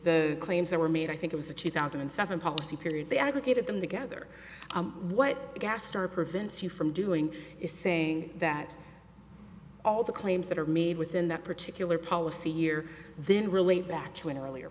the claims that were made i think it was a two thousand and seven policy period they aggregated them together what gas star prevents you from doing is saying that all the claims that are made within that particular policy year then relate back to an earlier